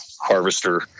harvester